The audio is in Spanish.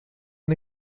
han